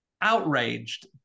Outraged